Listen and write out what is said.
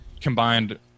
combined